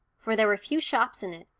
for there were few shops in it,